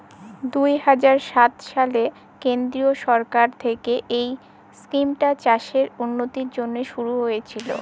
দুই হাজার সাত সালে কেন্দ্রীয় সরকার থেকে এই স্কিমটা চাষের উন্নতির জন্যে শুরু হয়েছিল